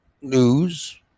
news